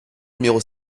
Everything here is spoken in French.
numéro